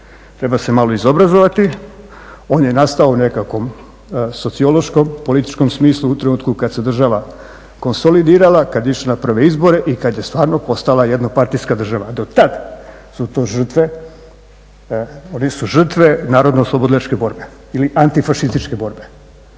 treba se malo izobrazovati. On je nastao u nekakvom sociološkom, političkom smislu u trenutku kad se država konsolidirala, kad je išla na prve izbore i kad je stvarno postala jedna partijska država. Dotad su to žrtve, oni su žrtve narodne oslobodilačke borbe antifašističke borbe.